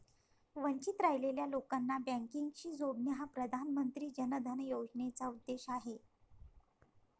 वंचित राहिलेल्या लोकांना बँकिंगशी जोडणे हा प्रधानमंत्री जन धन योजनेचा उद्देश आहे